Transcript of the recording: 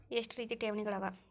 ಎಷ್ಟ ರೇತಿ ಠೇವಣಿಗಳ ಅವ?